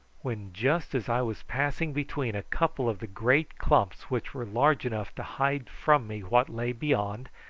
when just as i was passing between a couple of the great clumps which were large enough to hide from me what lay beyond,